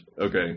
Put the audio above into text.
okay